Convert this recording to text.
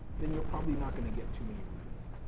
then you're probably not gonna get too many roofing leads.